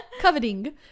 coveting